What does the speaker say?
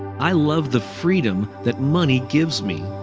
i love the freedom that money gives me.